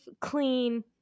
clean